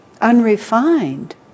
unrefined